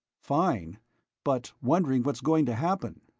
fine but wondering what's going to happen.